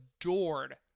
adored